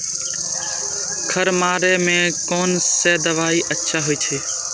खर मारे के कोन से दवाई अच्छा होय छे?